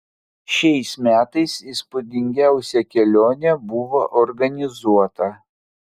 šiais metais įspūdingiausia kelionė buvo organizuota